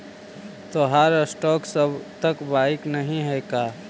तोहार स्टॉक्स अब तक बाइक नही हैं का